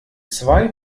zwei